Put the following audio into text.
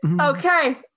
Okay